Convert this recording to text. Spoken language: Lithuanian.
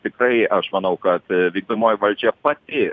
tikrai aš manau ka vykdomoji valdžia pati